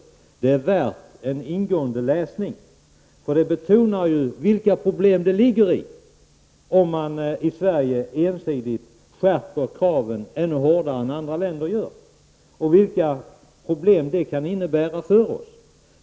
Betänkandet är värt en ingående läsning, för där betonas vad som händer om Sverige ensidigt skärper kraven ännu hårdare än andra länder gör och vilka problem det kan innebära för oss.